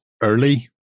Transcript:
early